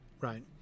right